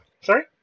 Sorry